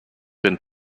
been